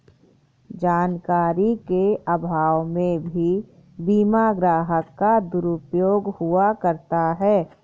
जानकारी के अभाव में भी बीमा ग्राहक का दुरुपयोग हुआ करता है